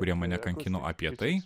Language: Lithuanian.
kurie mane kankino apie tai